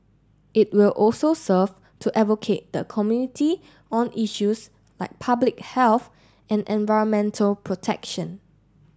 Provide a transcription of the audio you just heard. it will also serve to advocate the community on issues like public health and environmental protection